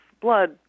blood